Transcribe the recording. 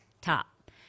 top